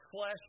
flesh